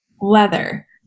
leather